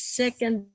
second